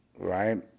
right